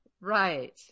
Right